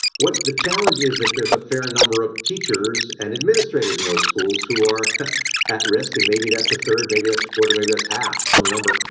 what the challenge is that there's a fair number of teachers and administrators in those schools. who are at risk and maybe that's a third. maybe that's a quarter. maybe that's half some number.